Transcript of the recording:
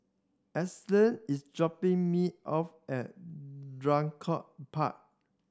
Edsel is dropping me off at Draycott Park